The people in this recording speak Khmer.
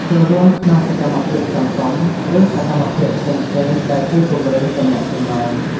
ចូលរួមក្នុងសកម្មភាពសង្គម ឬសកម្មភាពផ្សេងៗដែលជួយពង្រឹងទំនាក់ទំនង។